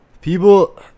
people